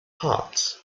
hearts